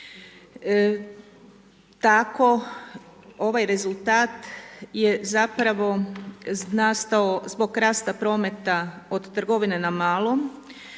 Tako ovaj rezultat je zapravo nastao zbog rasta prometa od trgovine na malo